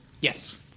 yes